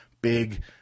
big